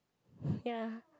ya